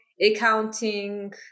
Accounting